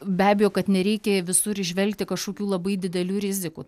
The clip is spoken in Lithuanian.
be abejo kad nereikia visur įžvelgti kažkokių labai didelių rizikų